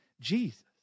Jesus